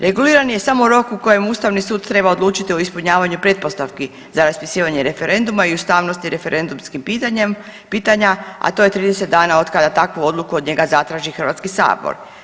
Reguliran je samo rok u kojem Ustavni sud treba odlučiti o ispunjavanju pretpostavki za raspisivanje referenduma i ustavnosti referendumskim pitanjem, pitanja, a to je 30 dana od kada takvu odluku od njega zatraži Hrvatski sabor.